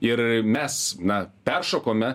ir mes na peršokome